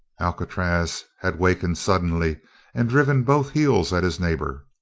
alcatraz had wakened suddenly and driven both heels at his neighbor.